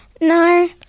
No